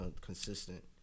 consistent